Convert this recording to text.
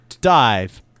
Dive